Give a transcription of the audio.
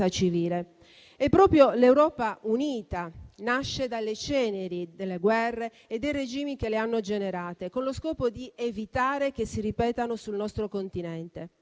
civile. Proprio l'Europa unita nasce dalle ceneri delle guerre e dei regimi che le hanno generate con lo scopo di evitare che si ripetano sul nostro continente.